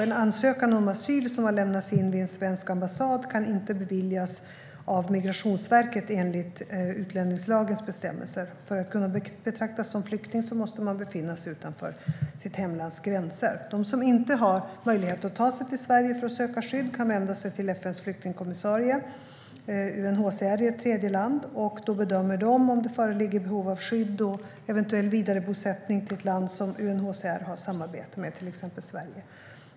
En ansökan om asyl som har lämnats in vid en svensk ambassad kan inte beviljas av Migrationsverket, enligt utlänningslagens bestämmelser. För att kunna betraktas som flykting måste man befinna sig utanför sitt hemlands gränser. De som inte har möjlighet att ta sig till Sverige för att söka skydd kan vända sig till FN:s flyktingkommissarie, UNHCR, i ett tredje land. UNHCR bedömer då om det föreligger behov av skydd och eventuell vidarebosättning till ett land som man har samarbete med, till exempel Sverige.